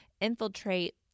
infiltrate